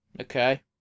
Okay